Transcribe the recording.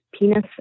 penis